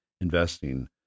investing